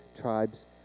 tribes